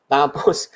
Tapos